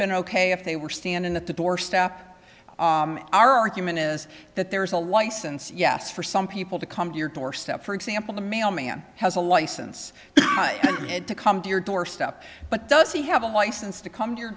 been ok if they were standing at the doorstep our argument is that there is a license yes for some people to come to your doorstep for example the mailman has a license to come to your doorstep but does he have a license to come to your